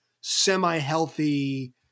semi-healthy